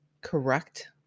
correct